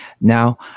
Now